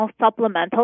supplemental